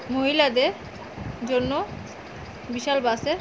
মহিলাদের জন্য বিশালবাসের